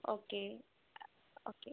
okay okay